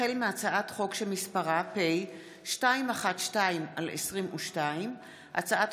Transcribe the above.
החל בהצעת חוק פ/212/22 וכלה בהצעת חוק פ/401/22: הצעת